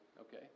okay